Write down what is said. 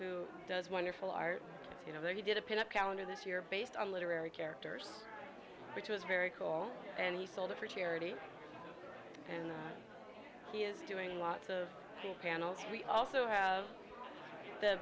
who does wonderful art you know he did a pin up calendar this year based on literary characters which was very cool and he sold it for charity and he is doing lots of panels we also have the